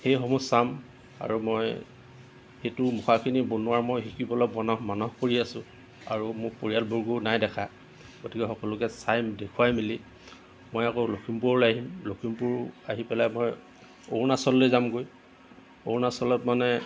সেইসমূহ চাম আৰু মই এইটো মুখাখিনি বনোৱাৰ মই শিকিবলে মানস কৰি আছোঁ আৰু মোৰ পৰিয়ালবৰ্গও নাই দেখা গতিকে সকলোকে চাই দেখুৱাই মেলি মই আকৌ লখিমপুৰলৈ আহিম লখিমপুৰ আহি পেলাই মই অৰুণাচললৈ যামগৈ অৰুণাচলত মানে